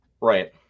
right